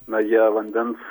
na jie vandens